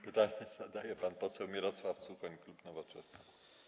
Pytanie zadaje pan poseł Mirosław Suchoń, klub Nowoczesna.